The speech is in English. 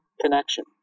connection